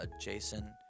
Jason